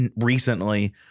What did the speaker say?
recently